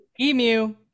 Emu